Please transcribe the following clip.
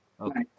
Okay